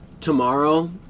tomorrow